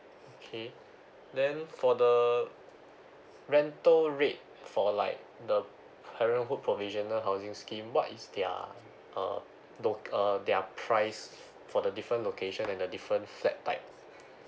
okay then for the rental rate for like the parenthood provisional housing scheme what is their uh loc~ uh their price for the different location and the different flat type